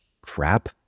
crap